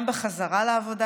גם בחזרה לעבודה,